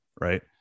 right